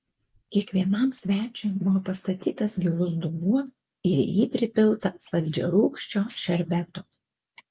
kiekvienam svečiui buvo pastatytas gilus dubuo ir į jį pripilta saldžiarūgščio šerbeto